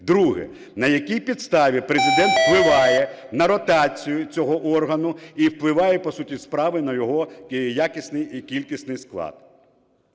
Друге. На якій підставі Президент впливає на ротацію цього органу і впливає, по суті справи, на його якісний і кількісний склад?